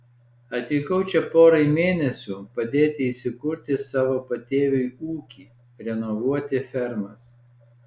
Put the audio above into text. atvykau čia porai mėnesių padėti įsikurti savo patėviui ūkį renovuoti fermas